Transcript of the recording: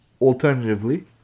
alternatively